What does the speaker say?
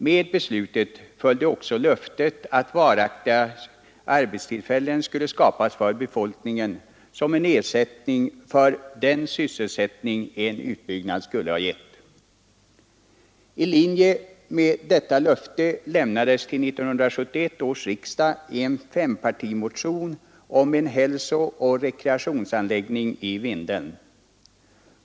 Med beslutet följde löftet att varaktiga arbetstillfällen skulle skapas för befolkningen som en ersättning för den sysselsättning en utbyggnad skulle ha gett. I linje med detta löfte lämnades till 1971 års riksdag en fempartimotion om en hälsooch rekreationsanläggning i Vindeln.